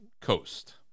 coast